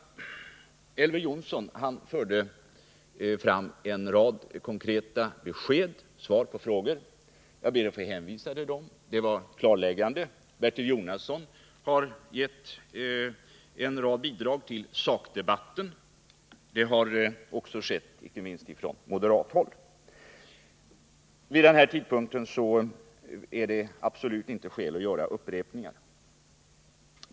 Elver Jonsson gav en rad konkreta besked och svar på frågor. Jag ber att få hänvisa till dem. De var klarläggande. Bertil Jonasson gav en rad bidrag till sakdebatten. Så har också skett inte minst från moderat håll. Vid denna tidpunkt finns det absolut inte skäl för att göra upprepningar.